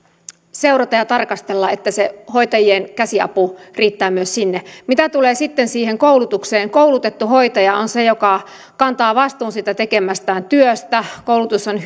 seurata ja tarkastella että se hoitajien käsiapu riittää myös sinne mitä tulee sitten siihen koulutukseen koulutettu hoitaja on se joka kantaa vastuun siitä tekemästään työstä koulutus on